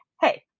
hey